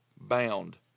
bound